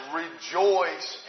rejoice